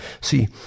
See